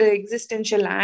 existential